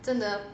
真的